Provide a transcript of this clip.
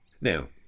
Now